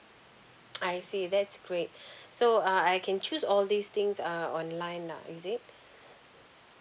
I see that's great so uh I can choose all these things uh online lah is it